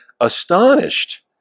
astonished